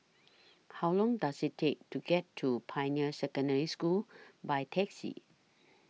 How Long Does IT Take to get to Pioneer Secondary School By Taxi